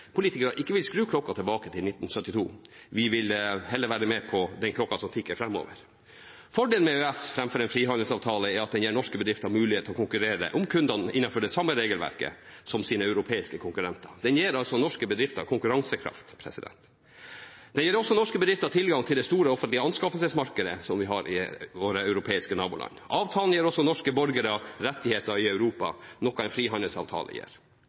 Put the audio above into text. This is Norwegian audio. at den gir norske bedrifter mulighet til å konkurrere om kundene innenfor det samme regelverket som sine europeiske konkurrenter. Den gir altså norske bedrifter konkurransekraft. Den gir også norske bedrifter tilgang til det store offentlige anskaffelsesmarkedet hos våre europeiske naboland. Avtalen gir også norske borgere rettigheter i Europa, noe en frihandelsavtale